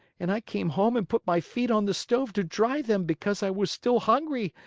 and i came home and put my feet on the stove to dry them because i was still hungry,